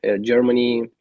Germany